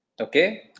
Okay